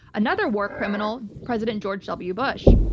another war criminal. president george w. bush.